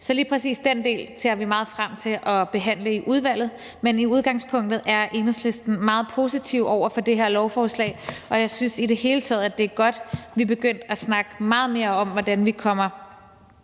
Så lige præcis den del ser vi meget frem til at behandle i udvalget. Men i udgangspunktet er Enhedslisten meget positive over for det her lovforslag, og jeg synes i det hele taget, at det er godt, vi begyndt at snakke meget mere om, hvordan vi kommer